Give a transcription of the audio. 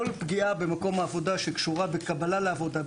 כל פגיעה במקום העבודה שקשורה בקבלה לעבודה,